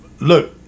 look